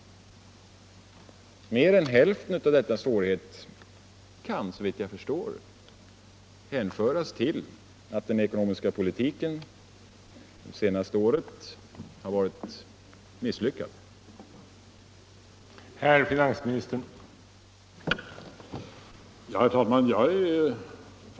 Mer än hälften av dessa svårigheter kan såvitt jag förstår hänföras till att den ekonomiska politiken det senaste året har varit misslyckad.